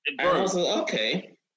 okay